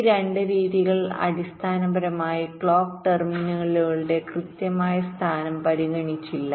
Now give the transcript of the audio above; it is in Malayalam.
ഈ 2 രീതികൾ അടിസ്ഥാനപരമായി ക്ലോക്ക് ടെർമിനലുകളുടെകൃത്യമായ സ്ഥാനം പരിഗണിച്ചില്ല